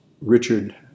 Richard